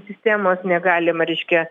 sistemos negalima reiškia